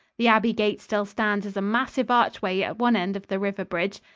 the abbey gate still stands as a massive archway at one end of the river bridge.